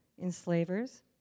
enslavers